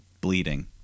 bleeding